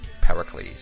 Pericles